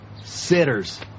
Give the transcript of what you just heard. Sitters